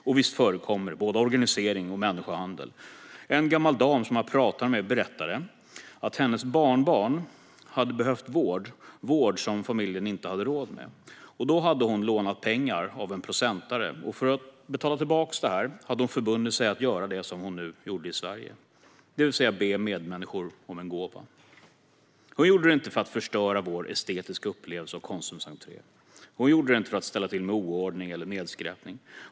Och visst förekommer både organisering och människohandel. En gammal dam jag pratade med berättade att hennes barnbarn hade behövt vård - vård som familjen inte hade råd med. Då hade hon lånat pengar av en procentare, och för att betala tillbaka detta hade hon förbundit sig att göra det som hon nu gjorde i Sverige, det vill säga be medmänniskor om en gåva. Hon gjorde det inte för att förstöra vår estetiska upplevelse av Konsums entré. Hon gjorde det inte för att ställa till med oordning eller nedskräpning.